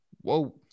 Whoa